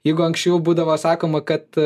jeigu anksčiau būdavo sakoma kad